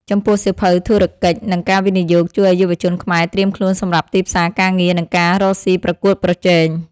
ចំពោះ សៀវភៅ ធុរកិច្ច និងការវិនិយោគ ជួយឱ្យយុវជនខ្មែរត្រៀមខ្លួនសម្រាប់ទីផ្សារការងារ និងការរកស៊ីប្រកួតប្រជែង។